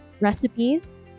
recipes